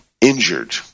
injured